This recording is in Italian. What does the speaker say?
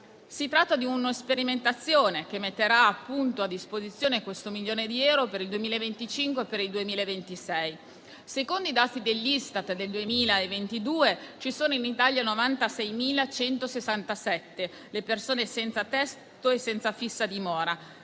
Si tratta di una sperimentazione che metterà a disposizione questo milione di euro per il 2025 e per il 2026. Secondo i dati dell'Istat del 2022, in Italia sono 96.167 le persone senza tetto e senza fissa dimora